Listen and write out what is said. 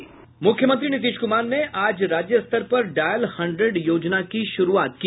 मुख्यमंत्री नीतीश कुमार ने आज राज्यस्तर पर डायल हंड्रेड योजना की शुरूआत की